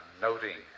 noting